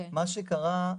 מה שקרה,